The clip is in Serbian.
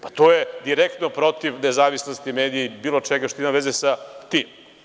Pa, to je direktno protiv nezavisnosti medija i bilo čega što ima veze sa tim.